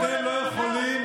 אתם לא תשנו את האופי של המדינה.